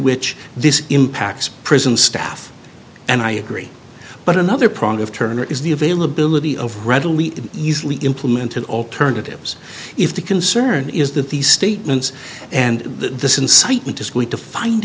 which this impacts prison staff and i agree but another product of turner is the availability of readily easily implemented alternatives if the concern is that these statements and the incitement is going to find